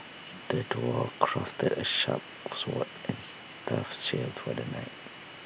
the dwarf crafted A sharp sword and tough shield for the knight